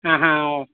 ആ ഹാ ഓ